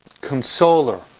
consoler